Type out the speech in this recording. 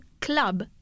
club